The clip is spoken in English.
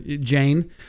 Jane